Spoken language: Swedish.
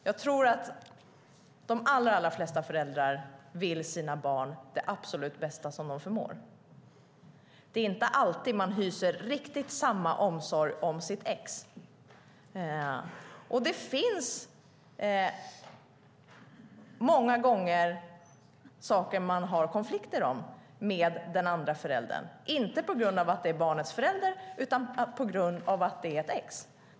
Jag tror att de allra flesta föräldrar vill sina barn det absolut bästa som de förmår. Det är inte alltid man hyser riktigt samma omsorg om sitt ex. Många gånger har man konflikter med den andra föräldern - men inte på grund av att det handlar om barnets förälder utan på grund av att det gäller ett ex.